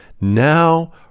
now